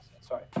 sorry